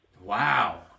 wow